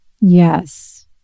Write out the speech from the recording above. yes